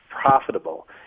profitable